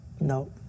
No